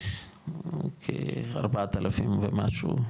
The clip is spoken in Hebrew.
4,000 ומשהו,